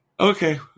Okay